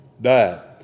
died